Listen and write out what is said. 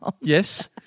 Yes